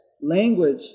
language